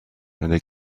they